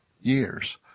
years